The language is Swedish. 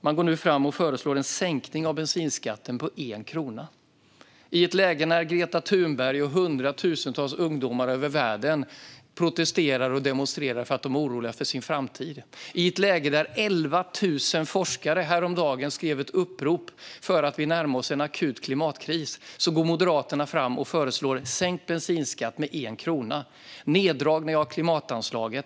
Man går nu fram och föreslår en sänkning av bensinskatten med 1 krona. Det gör man i ett läge när Greta Thunberg och hundratusentals ungdomar över världen protesterar och demonstrerar för att de är oroliga för sin framtid. Häromdagen skrev 11 000 forskare ett upprop om att vi närmar oss en akut klimatkris. Då går Moderaterna fram och föreslår sänkt bensinskatt med 1 krona och en neddragning av klimatanslaget.